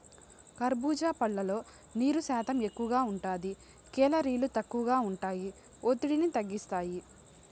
కర్భూజా పండ్లల్లో నీరు శాతం ఎక్కువగా ఉంటాది, కేలరీలు తక్కువగా ఉంటాయి, ఒత్తిడిని తగ్గిస్తాయి